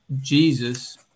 Jesus